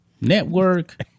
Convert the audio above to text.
network